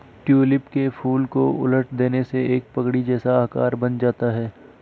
tulip के फूल को उलट देने से एक पगड़ी जैसा आकार बन जाता है